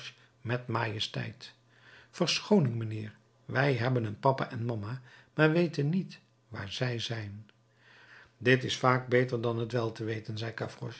met majesteit verschooning mijnheer wij hebben een papa en mama maar weten niet waar zij zijn dit is vaak beter dan t wel te weten zei